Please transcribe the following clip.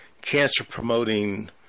cancer-promoting